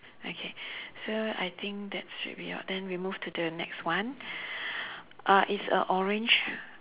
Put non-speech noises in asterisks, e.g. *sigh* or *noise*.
okay so I think that should be all then we move to the next one *breath* uh it's a orange